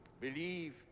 believe